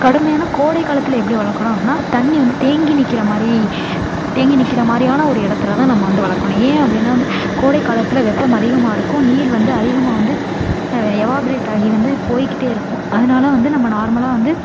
கடுமையான கோடைக் காலத்தில் எப்படி வளர்க்கணும் அப்படின்னா தண்ணி வந்து தேங்கி நிற்கிற மாதிரி தேங்கி நிற்கிற மாதிரியான ஒரு இடத்துல தான் நம்ம வந்து வளர்க்கணும் ஏன் அப்படின்னா வந்து கோடைக் காலத்தில் வெப்பம் அதிகமாக இருக்கும் நீர் வந்து அதிகமாக வந்து எவாப்ரேட் ஆகி வந்து போயிக்கிட்டே இருக்கும் அதனால வந்து நம்ம நார்மலாக வந்து